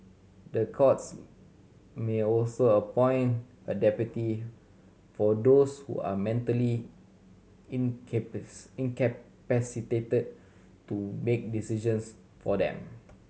the courts may also appoint a deputy for those who are mentally incapacitated to make decisions for them